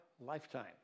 lifetime